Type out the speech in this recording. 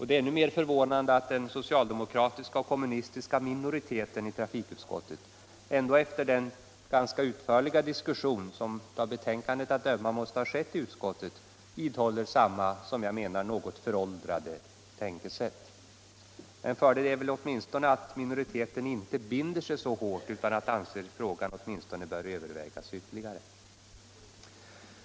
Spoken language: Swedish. Det är än mer förvånande att den socialdemokratiska och kommunistiska minoriteten i trafikutskottet ändå efter den ganska utförliga diskussion som — av betänkandet att döma — måste ha skett i utskottet vidhåller samma, som jag menar, något föråldrade tankegång. En fördel är väl åtminstone att minoriteten inte binder sig så hårt utan anser att frågan bör övervägas ytterligare.